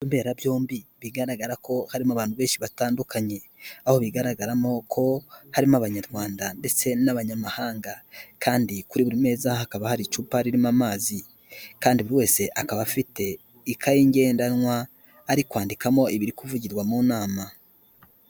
Mbera byombi bigaragara ko harimo abantu benshi batandukanye aho bigaragaramo ko harimo abanyarwanda ndetse n'abanyamahanga kandi kuri buri meza hakaba hari icupa ririmo amazi kandi buri wese akaba afite ikaye ngendanwa ari kwandikamo ibiri kuvugirwa mu nama.